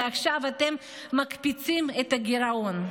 ועכשיו אתם מקפיצים את הגירעון.